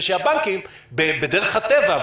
ושהבנקים בדרך הטבע,